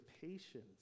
patience